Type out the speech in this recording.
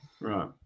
Right